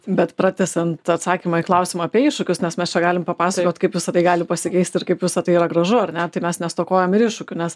bet pratęsiant atsakymą į klausimą apie iššūkius nes mes čia galim papasakot kaip visa tai gali pasikeisti ir kaip visa tai yra gražu ar ne tai mes nestokojam ir iššūkių nes